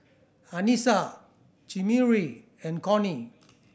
Anissa Chimere and Cornie